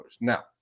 Now